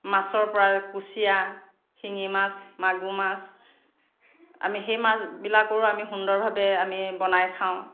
মাছৰ পৰা কুচিয়া শিঙি মাছ মাগুৰ মাছ আমি সেই মাছবিলাকৰো আমি সুন্দৰভাৱে আমি বনাই খাওঁ